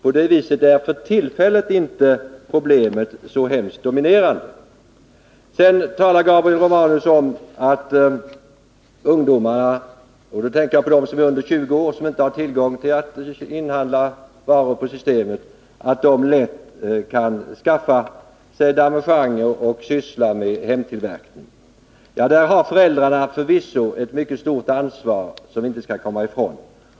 På det viset är problemet för tillfället inte så hemskt dominerande. Sedan säger Gabriel Romanus att ungdomarna — de som är under 20 år och inte har möjlighet att inhandla varor på Systemet — lätt kan skaffa sig damejeanner och syssla med hemtillverkning. Där har föräldrarna förvisso ett mycket stort ansvar som vi inte skall komma ifrån.